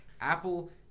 apple